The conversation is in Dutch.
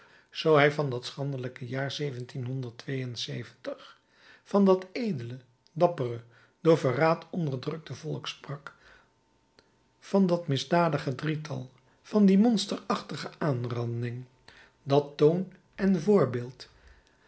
zoo hij van dat schandelijke jaar van dat edele dappere door verraad onderdrukte volk sprak van dat misdadige drietal van die monsterachtige aanranding dat toon en voorbeeld